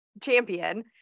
champion